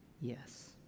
Yes